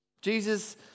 Jesus